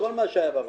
לאור